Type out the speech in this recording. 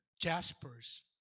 Jaspers